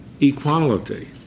equality